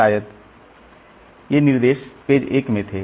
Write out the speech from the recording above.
शायद इसलिए ये निर्देश पेज 1 में थे